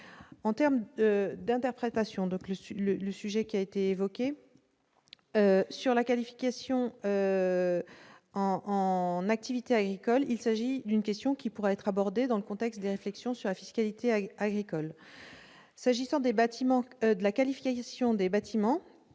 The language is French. En termes d'interprétation, la qualification en activité agricole est une question qui pourra être abordée dans le contexte des réflexions sur la fiscalité agricole. S'agissant de la qualification des bâtiments